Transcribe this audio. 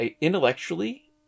intellectually